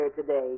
today